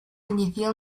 inició